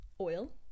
oil